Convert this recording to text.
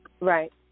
Right